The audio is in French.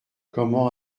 comment